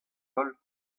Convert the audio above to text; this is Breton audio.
holl